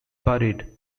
buried